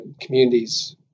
communities